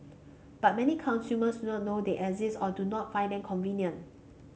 but many consumers do not know they exist or do not find them convenient